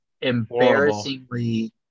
embarrassingly